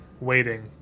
waiting